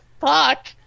fuck